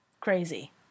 Crazy